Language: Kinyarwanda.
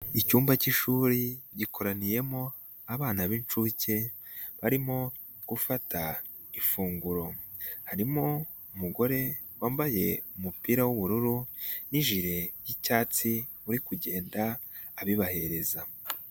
Icyumba cy'ishuri gikoraniyemo abana b'inshuke barimo gufata ifunguro, harimo umugore wambaye umupira w'ubururu n'ijire y'icyatsi uri kugenda abibahereza.